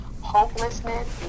hopelessness